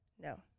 No